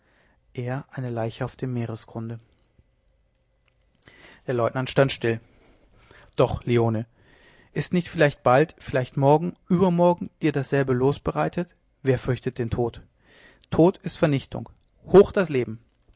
er eine leiche auf dem meeresgrunde der leutnant stand still doch leone ist nicht vielleicht bald vielleicht morgen übermorgen dir dasselbe los bereitet wer fürchtet den tod tod ist vernichtung hoch das leben